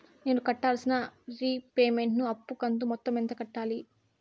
నేను కట్టాల్సిన రీపేమెంట్ ను అప్పు కంతు మొత్తం ఎంత కట్టాలి?